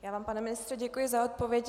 Já vám, pane ministře, děkuji za odpověď.